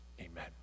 Amen